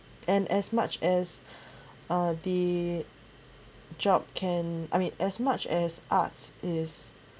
and as much as uh the job can I mean as much as arts is beautiful it is